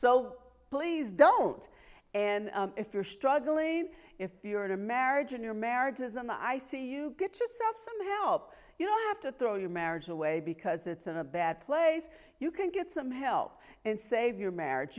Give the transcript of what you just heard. so please don't and if you're struggling if you're in a marriage and your marriage is in the i c u get yourself some help you don't have to throw your marriage away because it's in a bad place you can get some help and save your marriage